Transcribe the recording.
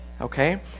okay